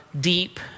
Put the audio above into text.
deep